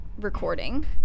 recording